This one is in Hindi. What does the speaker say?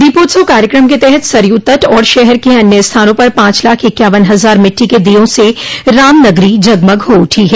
दीपोत्सव कार्यक्रम के तहत सरयू तट और शहर के अन्य स्थानों पर पांच लाख इक्यावन हजार मिट्टी के दीयों से राम नगरी जगमग हो उठी है